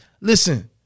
Listen